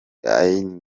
ines